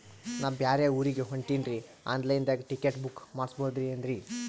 ನಾ ಬ್ಯಾರೆ ಊರಿಗೆ ಹೊಂಟಿನ್ರಿ ಆನ್ ಲೈನ್ ದಾಗ ಟಿಕೆಟ ಬುಕ್ಕ ಮಾಡಸ್ಬೋದೇನ್ರಿ?